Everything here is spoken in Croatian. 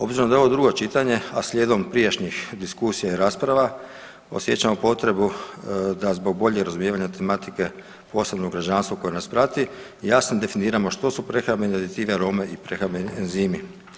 Obzirom da je ovo drugo čitanje, a slijedom prijašnjih diskusija i rasprava osjećam potrebu da zbog boljeg razumijevanja tematike, posebno građanstvo koje nas prati, jasno definiramo što su prehrambeni aditivi, arome i prehrambeni enzimi.